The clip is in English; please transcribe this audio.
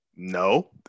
No